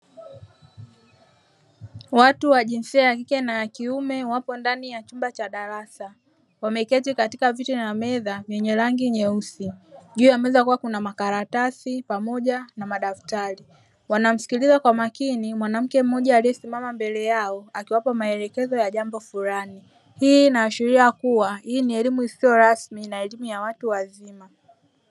Watu wa jinsia ya kike na kiume wapo ndani ya chumba cha darasa, wameketi katika viti na meza zenye rangi nyeusi. Juu ya meza kukiwa kuna makaratasi pamoja na madaftari, wanamsikiliza kwa makini mwanamke mmoja aliyesimama mbele yao, akiwapa maelekezo ya jambo fulani. Hii inaashiria kuwa ni elimu isiyo rasmi na elimu ya watu wazima.